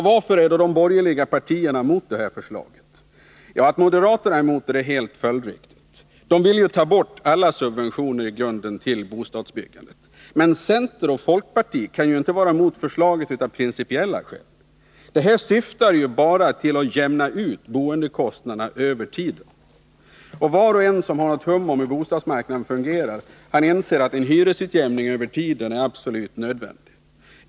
Varför är då de borgerliga partierna mot detta förslag? Att moderaterna är mot det är helt följdriktigt. De vill ju ta bort alla subventioner till bostadsbyggandet. Men centern och folkpartiet kan ju inte vara mot förslaget av principiella skäl. Det syftar ju bara till att jämna ut boendekostnaderna 137 över tiden. Var och en som har någon hum om hur bostadsmarknaden fungerar inser att en hyresutjämning över tiden är absolut nödvändig.